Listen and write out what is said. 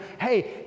hey